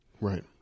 Right